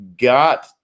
got